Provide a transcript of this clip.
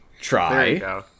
Try